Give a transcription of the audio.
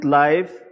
life